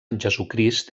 jesucrist